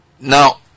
Now